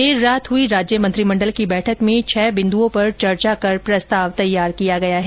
देर रात हुई राज्य मंत्रिमंडल की बैठक में छह बिन्दुओं पर चर्चा कर प्रस्ताव तैयार किया गया है